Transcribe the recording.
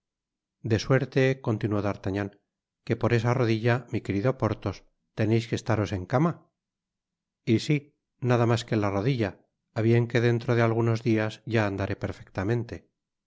de suerte continuó d'artagnan que por esa rodilla mi querido porthos teneis que estaros en cama y si nada mas que la rodilla á bien que dentro de algunos dias ya andaré perfectamente